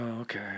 Okay